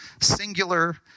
singular